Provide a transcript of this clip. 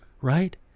right